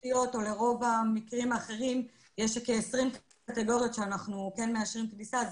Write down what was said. הדחיות יש כ-20 קטגוריות שאנחנו כן מאשרים כניסה.